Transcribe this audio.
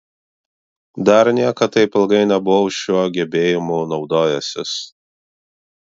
dar niekad taip ilgai nebuvau šiuo gebėjimu naudojęsis